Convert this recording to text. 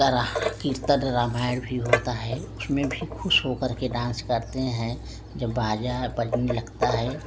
कीर्तन रामायण भी होता है उसमें भी खुश हो करके डांस करते है जब बाजा बजने लगता है